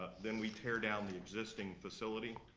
then we tear down the existing facility.